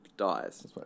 Dies